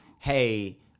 Hey